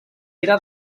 era